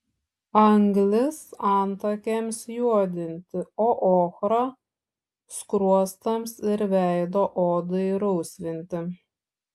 anglis antakiams juodinti o ochra skruostams ir veido odai rausvinti